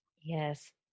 Yes